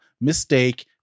mistake